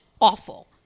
awful